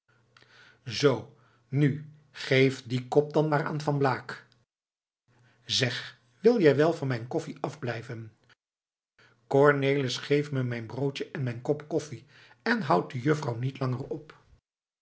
zoo nu geef dien kop dan maar aan van blaak zeg wil jij wel van mijn koffie afblijven cornelis geef me mijn broodje en mijn kop koffie en houd de juffrouw niet langer op